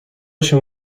się